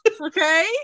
Okay